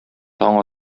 таң